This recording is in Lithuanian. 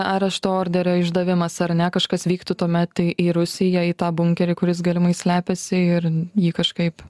arešto orderio išdavimas ar ne kažkas vyktų tuomet į rusiją į tą bunkerį kuris galimai slepiasi ir jį kažkaip